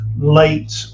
late